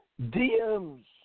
DMs